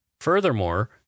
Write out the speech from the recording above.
Furthermore